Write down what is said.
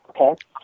okay